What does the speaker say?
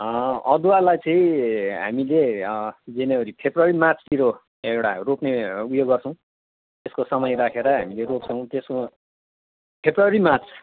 अदुवालाई चाहिँ हामीले जनवरी फेब्रुअरी मार्चतिर एउटा रोप्ने उयो गर्छौँ त्यसको समय राखेर हामीले रोप्छौँ त्यसो फेब्रुअरी मार्च